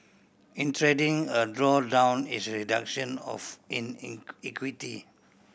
in trading a drawdown is a reduction of in in equity